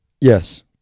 Yes